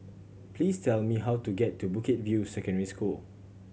please tell me how to get to Bukit View Secondary School